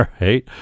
right